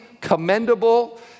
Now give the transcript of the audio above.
commendable